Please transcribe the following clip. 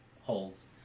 Holes